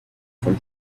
from